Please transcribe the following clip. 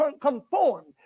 conformed